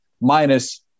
minus